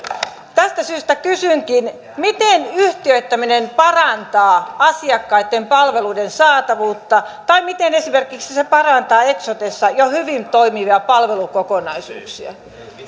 tästä syystä kysynkin miten yhtiöittäminen parantaa asiakkaitten palveluiden saatavuutta tai miten se esimerkiksi parantaa eksotessa jo hyvin toimivia palvelukokonaisuuksia